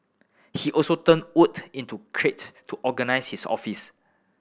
he also turned wood into crate to organise his office